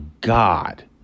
God